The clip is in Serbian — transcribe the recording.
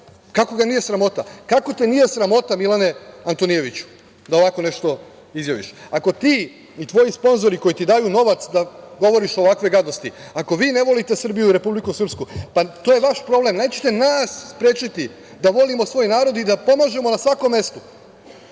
Kako ga nije sramota? Kako te nije sramota, Milane Antonijeviću da ovako nešto izjaviš? Ako ti i tvoji sponzori koji ti daju novac da govoriš ovakve gadosti, ako vi ne volite Srbiju i Republiku Srpsku, pa to je vaš problem. Nećete nas sprečiti da volimo svoj narod i da pomažemo na svakom mestu,